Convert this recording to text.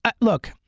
Look